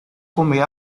comer